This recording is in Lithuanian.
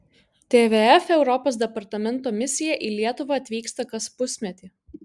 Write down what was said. tvf europos departamento misija į lietuvą atvyksta kas pusmetį